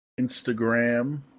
Instagram